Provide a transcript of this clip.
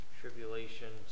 tribulation